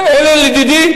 לדידי,